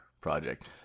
Project